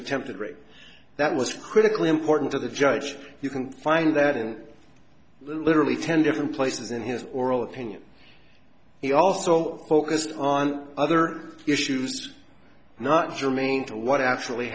attempted rape that was critically important to the judge you can find out and literally ten different places in his oral opinion he also focused on other issues not germane to what actually